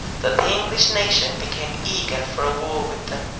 that the english nation became eager for a war with them.